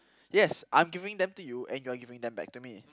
yes I'm giving them to you and you're giving them back to me